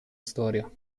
storia